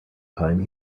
time